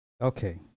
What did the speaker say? Okay